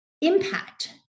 impact